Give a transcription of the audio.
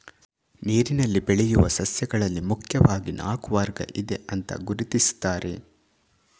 ನೀರಿನಲ್ಲಿ ಬೆಳೆಯುವ ಸಸ್ಯಗಳಲ್ಲಿ ಮುಖ್ಯವಾಗಿ ನಾಲ್ಕು ವರ್ಗ ಇದೆ ಅಂತ ಗುರುತಿಸ್ತಾರೆ